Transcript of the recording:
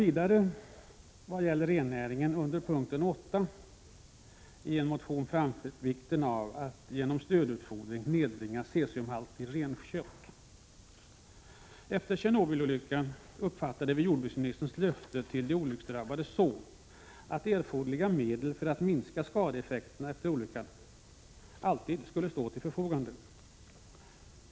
Vidare har vi vad gäller rennäringen under punkt 8 i en motion betonat vikten av att genom stödutfodring nedbringa cesiumhalten i renköttet. Efter Tjernobylolyckan uppfattade vi jordbruksministerns löfte till de olycksdrabbade så, att erforderliga medel för att minska skadeeffekterna efter olyckan alltid skulle stå till förfogande.